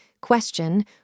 question